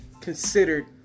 considered